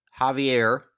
Javier